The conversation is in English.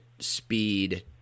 speed